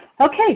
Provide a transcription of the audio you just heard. Okay